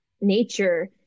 nature